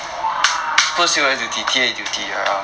!wah!